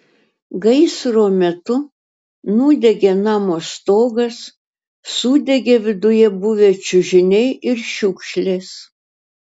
gaisro metu nudegė namo stogas sudegė viduje buvę čiužiniai ir šiukšlės